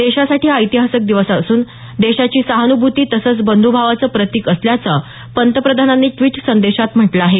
देशासाठी हा ऐतिहासिक दिवस असून देशाची सहानुभूती तसंच बंध्भावाचं प्रतिक असल्याचं पंतप्रधानांनी द्विट संदेशात म्हटलं आहे